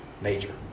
major